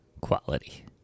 quality